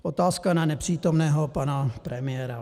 Otázka na nepřítomného pana premiéra.